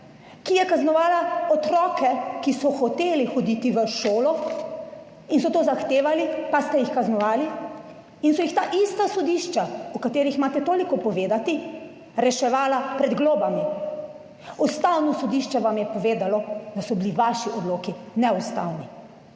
ki je kaznovala otroke, ki so hoteli hoditi v šolo in so to zahtevali, pa ste jih kaznovali in so jih ta ista sodišča, o katerih imate toliko povedati, reševala pred globami. Ustavno sodišče vam je povedalo, da so bili vaši odloki neustavni